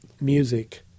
music